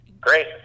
Great